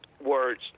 words